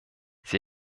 sie